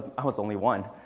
i was only one.